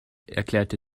erklärte